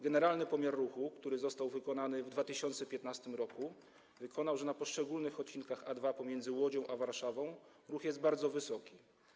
Generalny pomiar ruchu, który został wykonany w 2015 r., wykazał, że na poszczególnych odcinkach autostrady A2 pomiędzy Łodzią a Warszawą ruch jest bardzo wysoki.